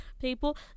people